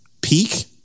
peak